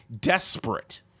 Desperate